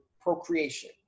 procreation